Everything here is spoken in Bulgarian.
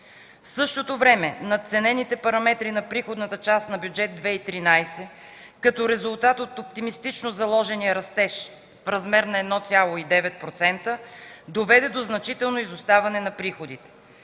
В същото време надценените параметри на приходната част на Бюджет 2013, като резултат от оптимистично заложения растеж в размер на 1,9%, доведоха до значително изоставане на приходите.